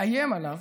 מאיים עליו.